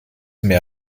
mehr